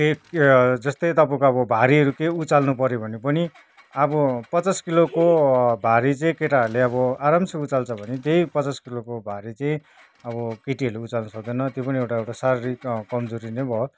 जस्तै तपाईँको अब अब भारीहरू केही उचाल्नु पऱ्यो भने पनि अब पचास किलोको भारी चाहिँ केटाहरूले अब आराम से उचाल्छ भने त्यही पचास किलोको भारी चाहिँ अब केटीहरूले उचाल्नु सक्दैन त्यो पनि एउटा एउटा शारीरिक कमजोरी नै भयो